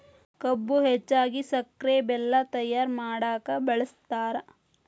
ಕಬ್ಬು ಹೆಚ್ಚಾಗಿ ಸಕ್ರೆ ಬೆಲ್ಲ ತಯ್ಯಾರ ಮಾಡಕ ಬಳ್ಸತಾರ